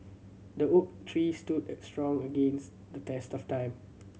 the oak tree stood strong against the test of time